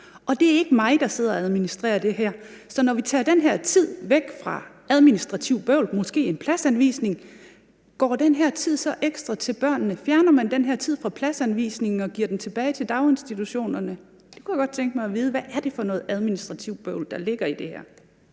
og det er ikke mig, der sidder og administrerer det her. Så når vi tager den her tid væk fra noget administrativt, måske en pladsanvisning, går den her tid så ekstra til børnene? Fjerner man den her tid fra pladsanvisningen og giver den tilbage til daginstitutionerne? Det kunne jeg godt tænke mig at vide. Hvad er det for noget administrativt bøvl, der ligger i det her?